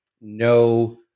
no